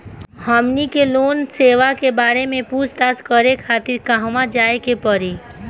हमनी के लोन सेबा के बारे में पूछताछ करे खातिर कहवा जाए के पड़ी?